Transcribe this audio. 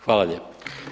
Hvala lijepa.